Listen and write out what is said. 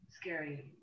scary